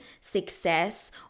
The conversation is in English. success